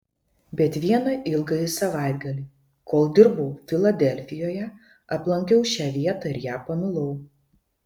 bet vieną ilgąjį savaitgalį kol dirbau filadelfijoje aplankiau šią vietą ir ją pamilau